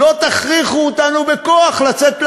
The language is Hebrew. לא תכריחו אותנו בכוח לצאת לעבודה,